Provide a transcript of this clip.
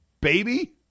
baby